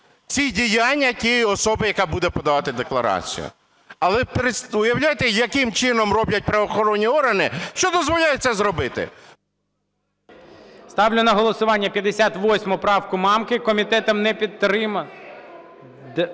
ці діяння тієї особи, яка буде подавати декларацію. Але уявляєте, яким чином роблять правоохоронні органи, що дозволяють це зробити? ГОЛОВУЮЧИЙ. Ставлю на голосування 58 правку Мамки. Комітетом не підтримана.